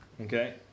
Okay